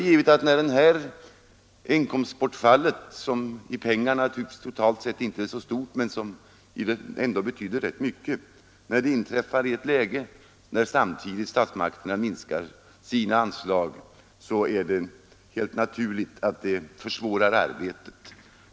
Inkomstbortfallet är inte så stort i pengar, men det betyder ändå rätt mycket. När det inträffar i ett läge då statsmakterna minskar sina anslag, är det helt naturligt att det försvårar arbetet.